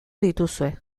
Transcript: dituzue